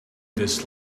this